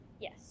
yes